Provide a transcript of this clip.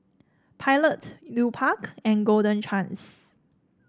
Pilot Lupark and Golden Chance